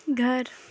گھر